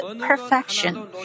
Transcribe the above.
perfection